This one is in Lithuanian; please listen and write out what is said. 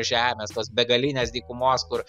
žemės tos begalinės dykumos kur